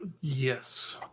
Yes